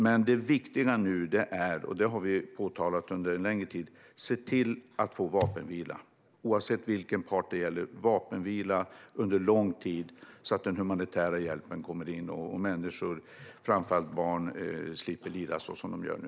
Men det viktiga nu, och det har vi påpekat under en längre tid, är att se till att få vapenvila, oavsett vilken part det gäller - vapenvila under lång tid så att den humanitära hjälpen kommer in och människor, framför allt barn, slipper lida så som de gör nu.